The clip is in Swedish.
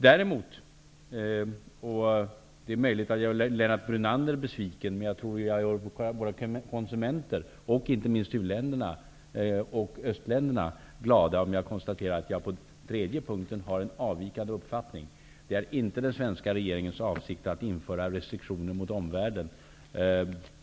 Det är möjligt att jag gör Lennart Brunander besviken, men jag tror att jag gör våra konsumenter och inte minst u-länderna och östländerna glada om jag konstaterar att jag på den tredje punkten har en avvikande uppfattning. Det är inte den svenska regeringens avsikt att införa restriktioner mot omvärlden.